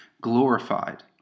glorified